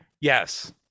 yes